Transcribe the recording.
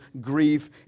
grief